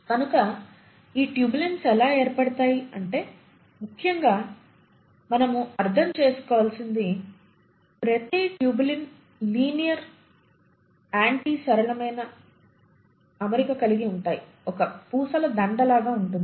కనుక ఈ టుబ్యులిన్స్ ఎలా ఏర్పడతాయి అంటే ముఖ్యంగా మనము అర్ధం చేసుకోవలసినది ప్రతి టుబ్యులిన్ లీనియర్ ఆంటీ సరళమైన అమరిక కలిగి ఉంటాయి ఒక పూసల దండ లాగా ఉంటుంది